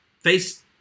face